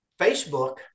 Facebook